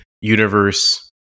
Universe